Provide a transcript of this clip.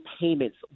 payments